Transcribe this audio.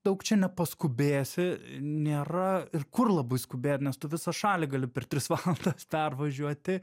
daug čia nepaskubėsi nėra ir kur labai skubėt nes tu visą šalį gali per tris valandas pervažiuoti